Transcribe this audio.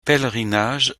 pèlerinages